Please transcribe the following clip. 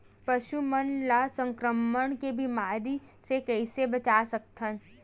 पशु मन ला संक्रमण के बीमारी से कइसे बचा सकथन?